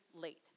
late